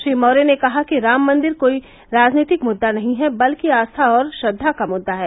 श्री मौर्य ने कहा कि राम मंदिर मृद्दा कोई राजनीतिक मुद्दा नहीं बल्कि आस्था और श्रद्वा का मुद्दा है